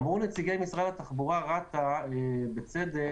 אמרו נציגי משרד התחבורה רת"א בצדק,